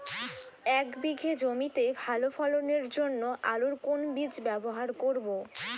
এক বিঘে জমিতে ভালো ফলনের জন্য আলুর কোন বীজ ব্যবহার করব?